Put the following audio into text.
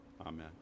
Amen